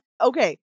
okay